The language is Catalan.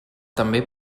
també